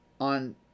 on